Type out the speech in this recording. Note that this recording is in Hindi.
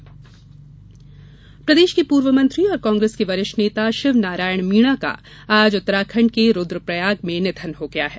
पूर्व मंत्री निधन प्रदेश के पूर्व मंत्री और कांग्रेस के वरिष्ठ नेता शिवनारायण मीणा का आज उत्तराखण्ड के रुद्वप्रयाग में निधन हो गया है